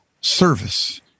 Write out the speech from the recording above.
service